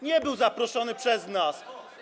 nie była zaproszona przez nas.